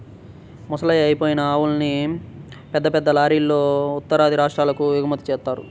ముసలయ్యి అయిపోయిన ఆవుల్ని పెద్ద పెద్ద లారీలల్లో ఉత్తరాది రాష్ట్రాలకు ఎగుమతి జేత్తన్నారు